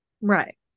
Right